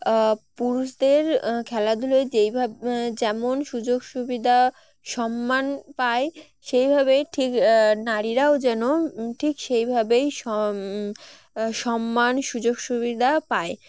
আ পুরুষদের খেলাধুলায় যেইভাবে যেমন সুযোগ সুবিধা সম্মান পায় সেইভাবেই ঠিক নারীরাও যেন ঠিক সেইভাবেই সম সম্মান সুযোগ সুবিধা পায়